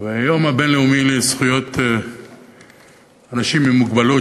והיום הבין-לאומי לזכויות אנשים עם מוגבלויות,